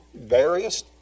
various